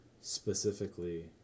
specifically